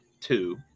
two